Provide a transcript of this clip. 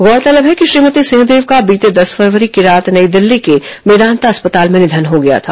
गौरतलब है कि श्रीमती सिंहदेव का बीते दस फरवरी की रात नई दिल्ली के मेदांता अस्पताल में निधन हो गया था